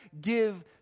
give